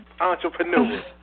Entrepreneur